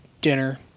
dinner